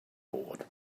board